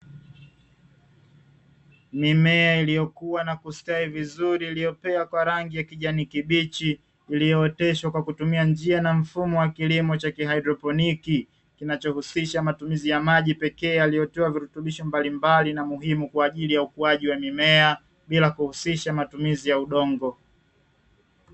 Mimea iliyokuwa na kustawi vizuri iliyopea kwa rangi ya kijani kibichi iliyooteshwa kwa kutumia njia na kilimo cha kihaidroponi, kinachohusisha matumizi ya maji pekee yaliyotiwa virutubisho mbalimbali na muhimu kwa ajili ya ukuaji wa mimea, bila kuhusishwa matumizi ya udongo.